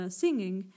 singing